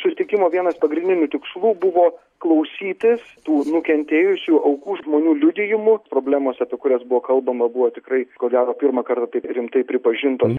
susitikimo vienas pagrindinių tikslų buvo klausytis tų nukentėjusių aukų žmonių liudijimų problemos apie kurias buvo kalbama buvo tikrai ko gero pirmą kartą taip rimtai pripažintom